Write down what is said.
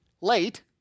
late